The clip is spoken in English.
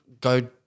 go